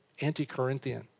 anti-Corinthian